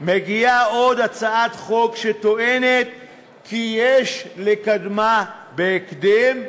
מגיעה עוד הצעת חוק שטוענת כי יש לקדמה בהקדם,